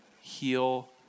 heal